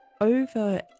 over